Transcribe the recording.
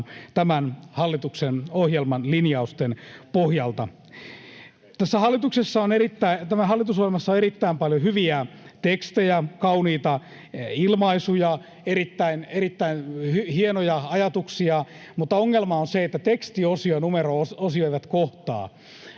tämän hallituksen ohjelman linjausten pohjalta. Tässä hallitusohjelmassa on erittäin paljon hyviä tekstejä, kauniita ilmaisuja, erittäin hienoja ajatuksia, mutta ongelma on se, että tekstiosio ja numero-osio eivät kohtaa.